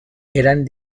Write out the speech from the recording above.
eran